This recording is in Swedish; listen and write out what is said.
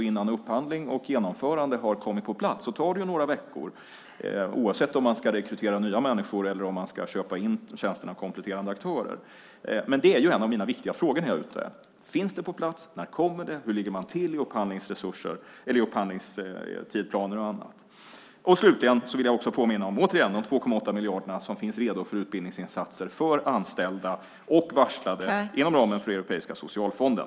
Innan upphandling och genomförande har kommit på plats tar det några veckor oavsett om man ska rekrytera nya människor eller köpa in tjänsterna av kompletterande aktörer. Det är en av mina viktiga frågor när jag är ute. Finns det på plats? När kommer det? Hur ligger man till i upphandlingstidsplaner och annat? Slutligen vill jag återigen påminna om de 2,8 miljarder som är redo för utbildningsinsatser för anställda och varslade inom ramen för Europeiska socialfonden.